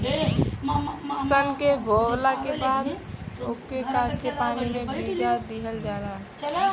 सन के बोवला के बाद ओके काट के पानी में भीगा दिहल जाला